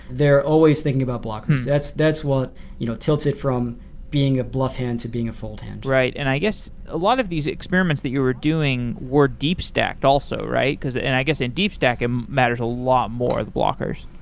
they're always thinking about blockers. that's that's what you know tilted from being a bluff hand to being a fold hand. right. and i guess a lot of these experiments that you were doing were deep stacked also, right? and i guess in deep stack, it and matters a lot more, the blockers.